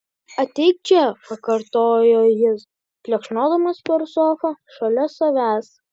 ateik čia pakartojo jis plekšnodamas per sofą šalia savęs